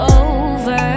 over